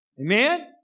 Amen